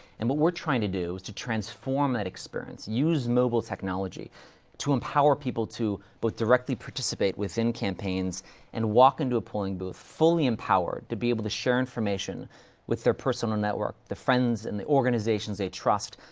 and what we're trying to do is to transform that experience, use mobile technology to empower people to both directly participate within campaigns and walk into a polling booth, fully empowered to be able to share information with their personal network, the friends and the organizations they trust,